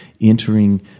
entering